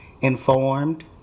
informed